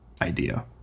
idea